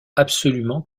absolument